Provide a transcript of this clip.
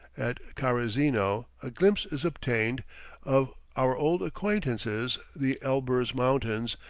at karizeno, a glimpse is obtained of our old acquaintances the elburz mountains,